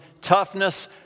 toughness